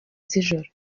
z’ijoro